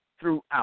throughout